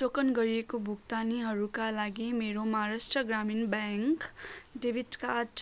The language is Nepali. टोकन गरिएको भुक्तानीहरूका लागि मेरो Maharashtra Gramin bank debit card